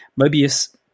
mobius